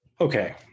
Okay